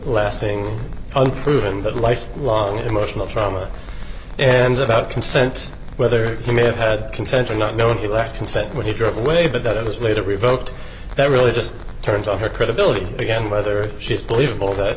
lasting unproven but life long emotional trauma and about consent whether he may have had consented not knowing he lacked consent when he drove away but that it was later revoked that really just turns on her credibility again whether she's believable that